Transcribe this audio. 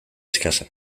eskasa